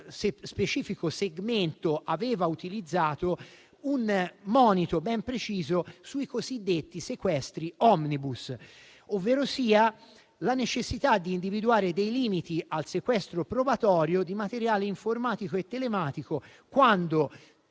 specifico segmento, aveva utilizzato un monito ben preciso sui cosiddetti sequestri *omnibus*, ovverosia la necessità di individuare dei limiti al sequestro probatorio di materiale informatico e telematico quando